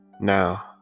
Now